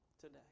today